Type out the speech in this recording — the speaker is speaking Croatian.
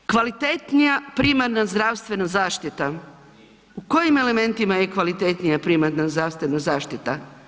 Kvalitetnija primarna zdravstvena zaštita, u kojim elementima je kvalitetnija primarna zdravstvena zaštita?